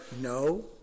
No